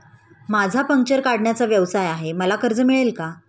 माझा पंक्चर काढण्याचा व्यवसाय आहे मला कर्ज मिळेल का?